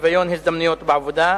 שוויון הזדמנויות בעבודה.